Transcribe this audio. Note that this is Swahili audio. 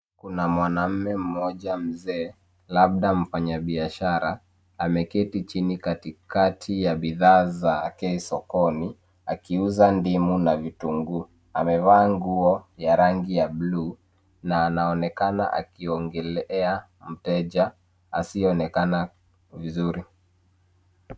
Kuna mwanamume mmoja mzee, labda mfanyabiashara, ameketi chini katikati ya bidhaa zake sokoni akiuza ndimu na vitunguu. Amevaa nguo ya rangi ya buluu na anaonekana akiongelea mteja asiyeonakana vizuri.